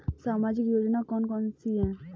सामाजिक योजना कौन कौन सी हैं?